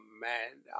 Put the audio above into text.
man